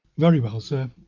very well, sir.